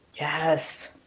Yes